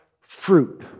fruit